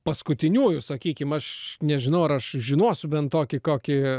paskutiniųjų sakykim aš nežinau ar aš žinosiu bent tokį kokį